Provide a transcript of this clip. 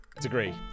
degree